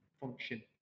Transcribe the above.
function